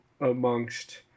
amongst